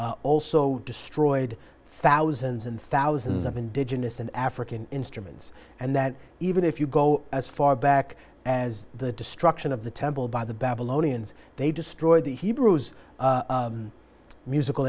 also destroyed thousands and thousands of indigenous and african instruments and that even if you go as far back as the destruction of the temple by the babylonians they destroyed the hebrews musical